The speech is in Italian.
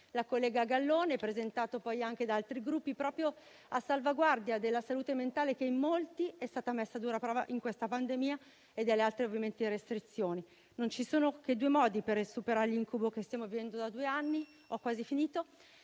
collega Gallone, presentato anche da altri Gruppi, proprio a salvaguardia della salute mentale che per molti è stata messa a dura prova in questa pandemia con le varie restrizioni. Non ci sono che due modi per superare l'incubo che stiamo vivendo da due anni: possiamo